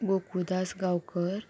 Gokuldas Gaonkar